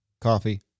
Coffee